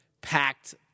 Packed